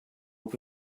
hope